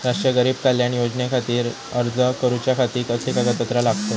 राष्ट्रीय गरीब कल्याण योजनेखातीर अर्ज करूच्या खाती कसली कागदपत्रा लागतत?